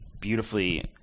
beautifully